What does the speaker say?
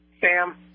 sam